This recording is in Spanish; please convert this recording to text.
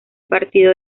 partido